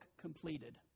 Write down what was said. completed